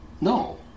No